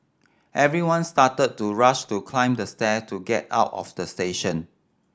everyone started to rush to climb the stair to get out of the station